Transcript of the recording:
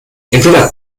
entweder